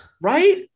Right